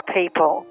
people